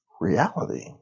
reality